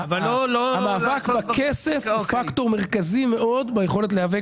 המאבק בכסף הוא פקטור מרכזי מאוד ביכולת להיאבק